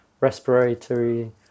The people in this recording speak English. respiratory